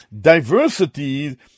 diversity